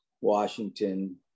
washington